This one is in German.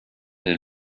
den